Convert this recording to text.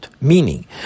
Meaning